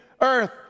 earth